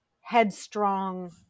headstrong